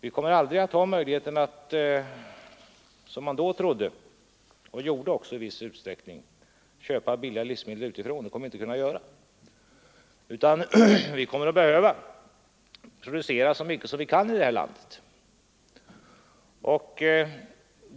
Vi får helt säkert aldrig möjligheter att — som man tidigare trodde och i viss utsträckning också gjorde — köpa billiga livsmedel utifrån. Därför blir vi tvungna att producera så mycket vi kan här i landet.